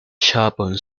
sherborne